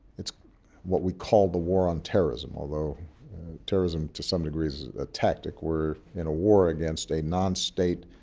it's what we call the war on terrorism, although terrorism to some degree is a tactic. we're in a war against a non-state,